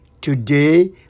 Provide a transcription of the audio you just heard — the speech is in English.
today